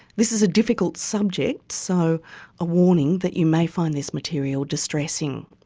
this is a difficult subject, so a warning that you may find this material distressing.